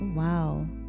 wow